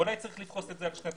אולי צריך לפרוס את זה על שנתיים,